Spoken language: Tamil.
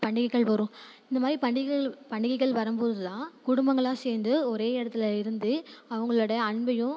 பண்டிகைகள் வரும் இந்த மாதிரி பண்டிகைகள் பண்டிகைகள் வரும்போது தான் குடும்பங்களாக சேர்ந்து ஒரே இடத்துல இருந்து அவங்களோட அன்பையும்